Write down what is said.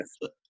Yes